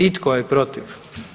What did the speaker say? I tko je protiv?